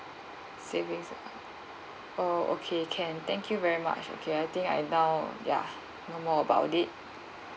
savings account oh okay can thank you very much okay I think right now ya no more about it